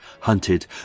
hunted